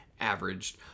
averaged